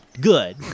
Good